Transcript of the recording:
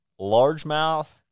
largemouth